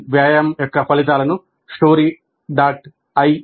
వ్యాయామం యొక్క ఫలితాలను story